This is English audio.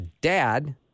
dad